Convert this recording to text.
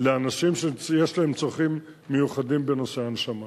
לאנשים שיש להם צרכים מיוחדים בנושא הנשמה.